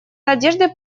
надеждой